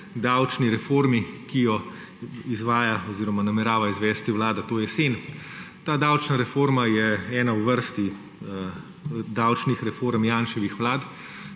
davčni reformi, ki jo namerava izvesti vlada to jesen. Ta davčna reforma je ena v vrsti davčnih reform Janševih vlad